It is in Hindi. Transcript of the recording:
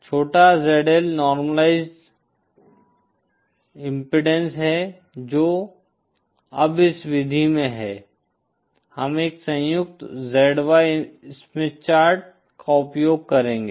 छोटा ZL नॉर्मलाइज़्ड इम्पीडेन्स है जो अब इस विधि में है हम एक संयुक्त ZY स्मिथ चार्ट का उपयोग करेंगे